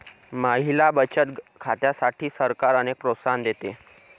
महिला बचत खात्यांसाठी सरकार अनेक प्रोत्साहन देत आहे